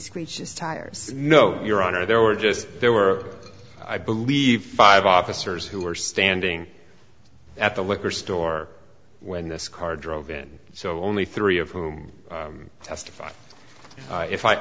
screeches tires no your honor there were just there were i believe five officers who were standing at the liquor store when this car drove in so only three of whom testified if i